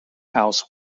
house